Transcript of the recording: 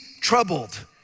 troubled